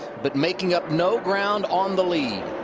but making up no ground on the lead.